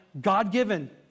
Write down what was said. God-given